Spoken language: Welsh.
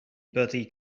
byddi